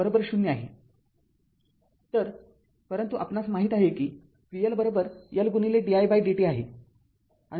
तर परंतु आपणास माहीत आहे कि vL L di dt आहे आणि vR I r आहे